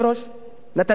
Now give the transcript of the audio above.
נתניהו ה"קינג",